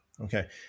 Okay